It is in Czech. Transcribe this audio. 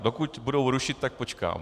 Dokud budou rušit, tak počkám.